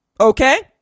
okay